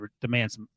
demands